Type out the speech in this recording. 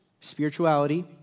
spirituality